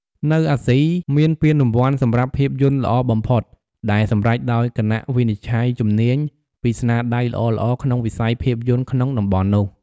នៅអាស៊ី មានពានរង្វាន់សម្រាប់ភាពយន្តល្អបំផុត ដែលសម្រេចដោយគណៈវិនិច្ឆ័យជំនាញ ពីស្នាដៃល្អៗក្នុងវិស័យភាពយន្តក្នុងតំបន់នោះ។